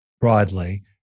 broadly